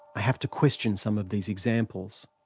i have to question some of these examples.